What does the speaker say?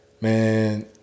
man